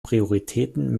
prioritäten